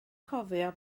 cofio